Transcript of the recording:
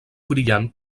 brillant